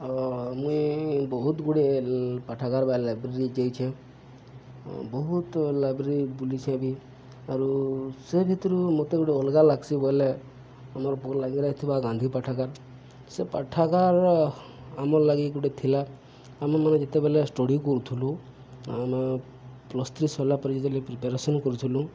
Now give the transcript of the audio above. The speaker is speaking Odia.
ଆ ମୁଇଁ ବହୁତ ଗୁଡ଼ିଏ ପାଠାଗାର ବା ଲାଇବ୍ରେରୀ ଯାଇଛେ ବହୁତ ଲାଇବ୍ରେରୀ ବୁଲିଛେ ବି ଆରୁ ସେ ଭିତରୁ ମୋତେ ଗୋଟେ ଅଲଗା ଲାଗ୍ସି ବୋଇଲେ ଆମର ପୁରା ଲାଗି ରହିଥିବା ଗାନ୍ଧୀ ପାଠାଗାର୍ ସେ ପାଠାଗାର ଆମର୍ ଲାଗି ଗୋଟେ ଥିଲା ଆମେ ମାନେ ଯେତେବେଲେ ଷ୍ଟଡ଼ି କରୁଥିଲୁ ଆମେ ପ୍ଲସ୍ ଥ୍ରୀ ସରିଲା ପରେ ଯେତେ ପ୍ରିପେରେସନ୍ କରୁଥିଲୁ